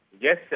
Yes